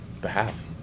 behalf